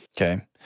Okay